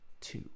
two